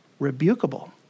rebukable